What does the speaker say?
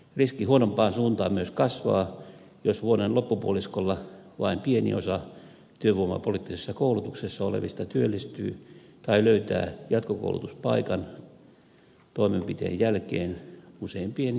riski huonompaan suuntaan myös kasvaa jos vuoden loppupuoliskolla vain pieni osa työvoimapoliittisessa koulutuksessa olevista työllistyy tai löytää jatkokoulutuspaikan toimenpiteen jälkeen useimpien jäädessä työttömiksi